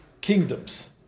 kingdoms